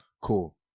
Cool